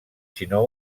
sinó